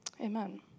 Amen